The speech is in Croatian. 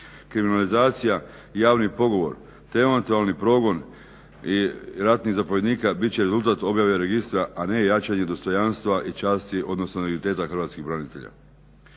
Kriminalizacija, javni pogovor, … progon ratnih zapovjednika bit će rezultat objave registra a ne jačanje dostojanstva i časti odnosno identiteta hrvatskih branitelja.